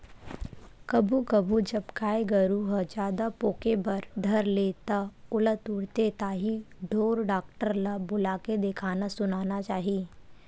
कभू कभू जब गाय गरु ह जादा पोके बर धर ले त ओला तुरते ताही ढोर डॉक्टर ल बुलाके देखाना सुनाना चाही